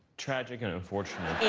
tragic and unfortunate.